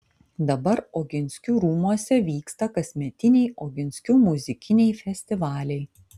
dabar oginskių rūmuose vyksta kasmetiniai oginskių muzikiniai festivaliai